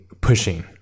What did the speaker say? pushing